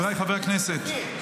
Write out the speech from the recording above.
חבריי חברי הכנסת,